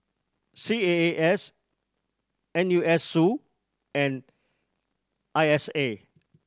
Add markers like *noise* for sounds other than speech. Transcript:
C A A S N U S *unintelligible* and I S A